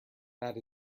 that